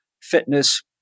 fitness